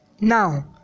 now